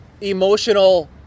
emotional